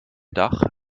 dach